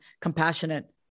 compassionate